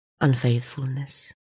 unfaithfulness